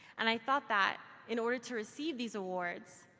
and i thought that in order to receive these awards,